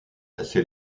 assez